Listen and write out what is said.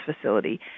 facility